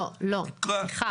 לא, לא, סליחה.